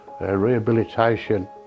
rehabilitation